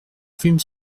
fûmes